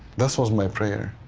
this was my prayer,